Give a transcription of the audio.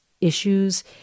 issues